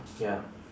ya